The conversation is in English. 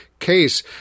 Case